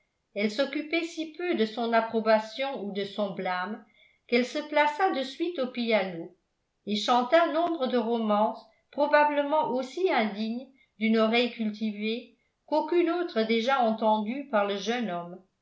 elle s'occupait si peu de son approbation ou de son blâme qu'elle se plaça de suite au piano et chanta nombre de romances probablement aussi indignes d'une oreille cultivée qu'aucune autre déjà entendue par le jeune homme